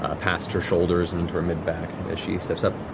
ah past her shoulders and into her mid-back, and as she steps up